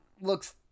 Looks